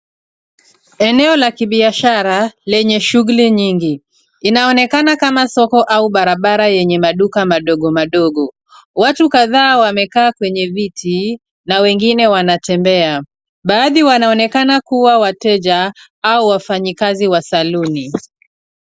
Eneo la kibiashara lenye shughuli nyingi. Inaonekana kama soko au barabara yenye maduka madogo madogo. Watu kadhaa wamekaa kwenye viti na wengine wanatembea. Baadhi wanaonekana kuwa wateja au wafanyikazi wa saluni.